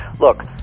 look